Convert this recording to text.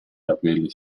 capelli